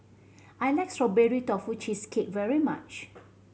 I like Strawberry Tofu Cheesecake very much